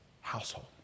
household